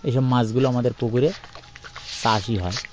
এইসব মাছগুলো আমাদের পুকুরে চাষই হয়